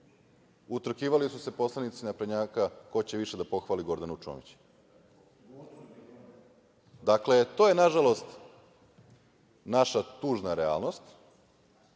utrkivali su se poslanici naprednjaka ko će više da pohvali Gordanu Čomić. Dakle, to je, nažalost, naša tužna realnost